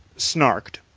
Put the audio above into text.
snarked.